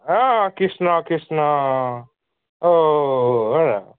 অঁ অঁ কৃষ্ণ কৃষ্ণ অ' ৰাম